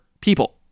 people